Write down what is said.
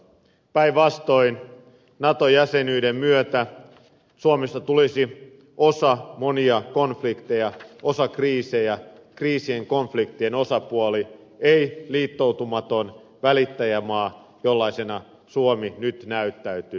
päinvastoin nato jäsenyyden myötä suomesta tulisi osa monia konflikteja osa kriisejä kriisien ja konfliktien osapuoli ei liittoutumaton välittäjämaa jollaisena suomi nyt näyttäytyy